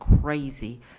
crazy